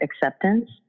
acceptance